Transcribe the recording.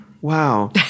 Wow